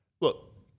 Look